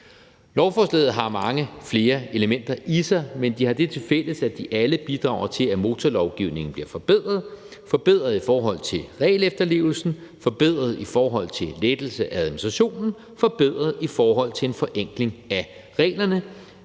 Lovforslaget har mange flere elementer i sig, men de har det tilfælles, at de alle bidrager til, at motorlovgivningen bliver forbedret – forbedret i forhold til regelefterlevelsen, forbedret i forhold til en lettelse af administrationen og forbedret i forhold til en forenkling af reglerne.